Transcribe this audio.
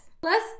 Plus